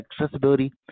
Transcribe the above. Accessibility